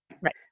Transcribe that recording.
Right